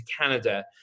Canada